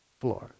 floor